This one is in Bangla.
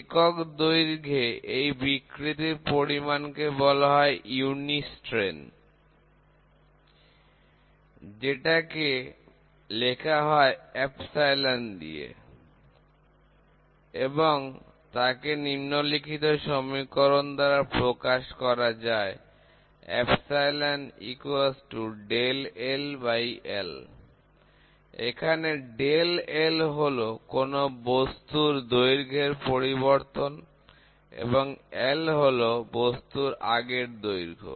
একক দৈর্ঘ্যে এই বিকৃতির পরিমাণকে বলা হয় একক বিকৃতি যেটাকে লেখা হয় ɛ দিয়ে এবং তাকে নিম্নলিখিত সমীকরণ দ্বারা প্রকাশ করা যায় এখানে δl হল কোন বস্তুর দৈর্ঘ্যের পরিবর্তন এবং l হল বস্তুর আগের দৈর্ঘ্য